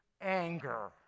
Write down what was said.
anger